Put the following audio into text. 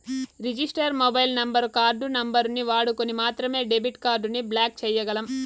register mobile number, card నంబరుని వాడుకొని మాత్రమే డెబిట్ కార్డుని బ్లాక్ చేయ్యగలం